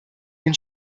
den